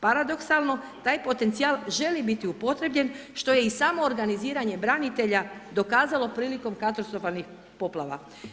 Paradoksalno, taj potencijal želi biti upotrjebljen što je i samoorganiziranje branitelja dokazalo prije katastrofalnih poplava.